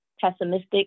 pessimistic